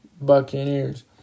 Buccaneers